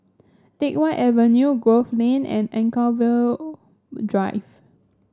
Teck Whye Avenue Grove Lane and Anchorvale Drive